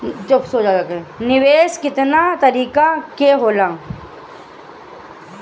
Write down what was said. निवेस केतना तरीका के होला?